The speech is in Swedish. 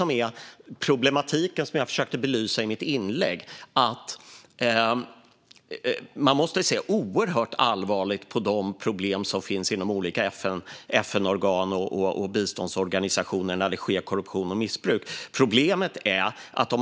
Man måste se oerhört allvarligt på de problem med korruption och missbruk som finns inom olika FN-organ och biståndsorganisationer, något som jag försökte att belysa i mitt inlägg.